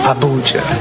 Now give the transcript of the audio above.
Abuja